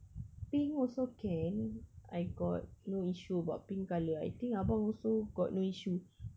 pink also can I got no issue about pink colour I think abang also got no issue